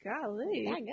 Golly